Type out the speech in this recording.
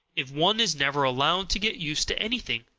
if one is never allowed to get used to anything?